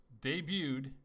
debuted